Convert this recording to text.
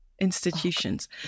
institutions